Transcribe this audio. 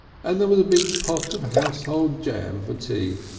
and there was a big pot of household jam for tea.